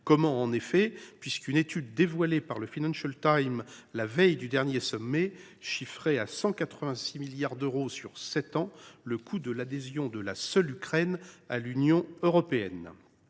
Comment, en effet ? Une étude dévoilée par le la veille du dernier sommet chiffrait à 186 milliards d’euros sur sept ans le coût de l’adhésion de la seule Ukraine à l’Union européenne.